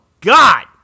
god